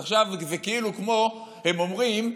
עכשיו זה כאילו שהם אומרים,